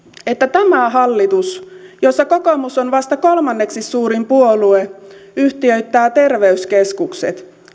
että tämä hallitus jossa kokoomus on vasta kolmanneksi suurin puolue yhtiöittää terveyskeskukset